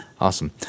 awesome